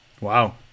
Wow